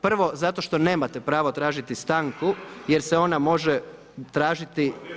Prvo zato što nemate pravo tražiti stanku jer se ona može tražiti